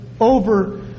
over